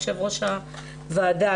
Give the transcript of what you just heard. יו"ר הוועדה,